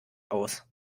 aus